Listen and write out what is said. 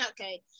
okay